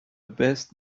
best